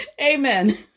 Amen